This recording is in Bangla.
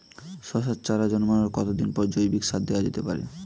শশার চারা জন্মানোর কতদিন পরে জৈবিক সার দেওয়া যেতে পারে?